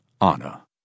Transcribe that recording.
Anna